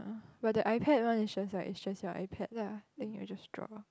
but the iPad one is just like is just your iPad lah then you just draw